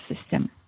system